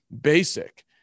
basic